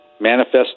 manifest